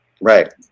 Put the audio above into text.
Right